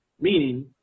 meaning